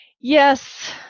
yes